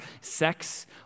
sex